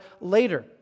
later